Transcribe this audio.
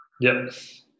Yes